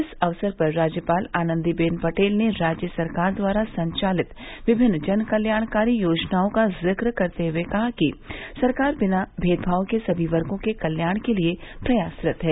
इस अवसर पर राज्यपाल आनंदी बेन पटेल ने राज्य सरकार द्वारा संचालित विभिन्न जनकल्याणकारी योजनाओं का जिक करते हुए कहा कि सरकार बिना मेदभाव के सभी वर्गो के कल्याण के लिए प्रयासरत है